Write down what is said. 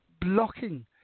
blocking